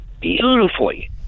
beautifully